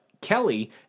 Kelly